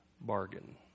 bargain